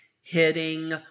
hitting